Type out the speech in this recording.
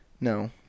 no